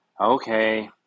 Okay